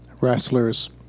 wrestlers